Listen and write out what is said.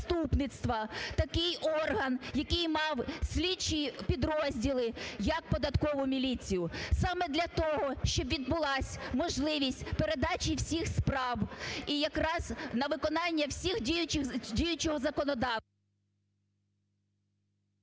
такий орган, який мав слідчі підрозділи, як податкову міліцію, саме для того, щоб відбулась можливість передачі всіх справ і якраз на виконання всіх діючого…